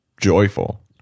joyful